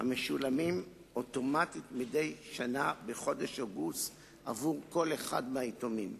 המשולמים אוטומטית מדי שנה בחודש אוגוסט עבור כל אחד מהיתומים,